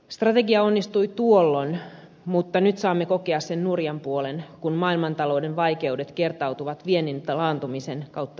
strategia onnistui tuolloin mutta nyt saamme kokea sen nurjan puolen kun maailmantalouden vaikeudet kertautuvat viennin laantumisen kautta suomeen